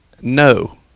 No